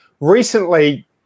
Recently